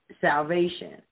salvation